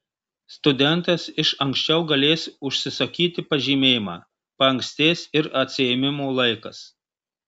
studentas iš ankščiau galės užsisakyti pažymėjimą paankstės ir atsiėmimo laikas